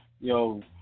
Yo